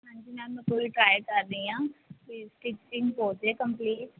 ਹਾਂਜੀ ਮੈਮ ਮੈਂ ਪੂਰੀ ਟਰਾਈ ਕਰ ਰਹੀ ਹਾਂ ਵੀ ਸਟਿਚਿੰਗ ਹੋ ਜਾਵੇ ਕੰਪਲੀਟ